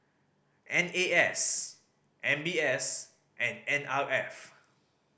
N A S M B S and N R F